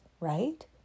Right